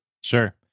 Sure